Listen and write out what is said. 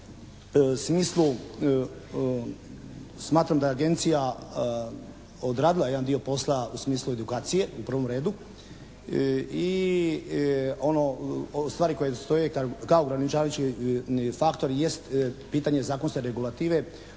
smislu smatram da je agencija odradila jedan dio posla u smislu edukacije u prvom redu i ono stvari koje stoje kao ograničavajući faktor jest pitanje zakonske regulative